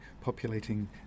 populating